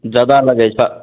जादा लगै छऽ